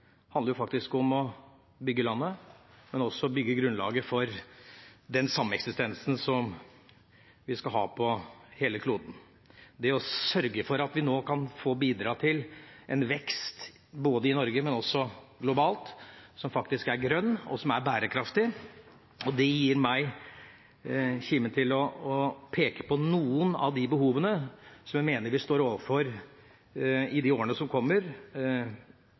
handler faktisk om å bygge landet, men også om å bygge grunnlaget for den sameksistensen som vi skal ha på hele kloden, det å sørge for at vi nå kan få bidra til en vekst både i Norge og globalt, som faktisk er grønn, og som er bærekraftig, og det gir meg kimen til å peke på noen av de behovene som jeg mener vi står overfor i de årene som kommer,